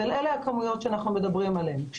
אבל אלה הכמויות שאנחנו מדברים עליהם.